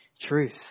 truth